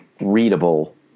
readable